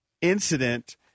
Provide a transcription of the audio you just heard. incident